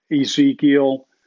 Ezekiel